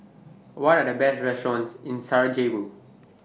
What Are The Best restaurants in Sarajevo